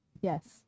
Yes